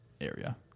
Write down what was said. area